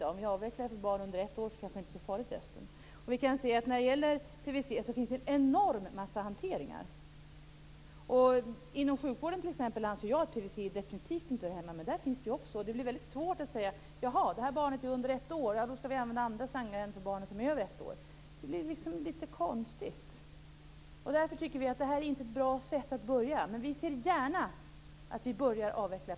De kan tycka att det kanske inte är farligt för resten om vi avvecklar PVC Det finns en enorm massa hanteringar när det gäller PVC. Jag anser att PVC definitivt inte hör hemma inom sjukvården, men det finns där också. Det är då svårt att säga att det skall användas andra slangar till barn under ett år än till barn över ett år. Det blir litet konstigt. Därför tycker vi att detta inte är ett bra sätt att börja på, men vi ser gärna att man börjar avveckla